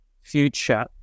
future